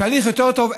תהליך יותר טוב?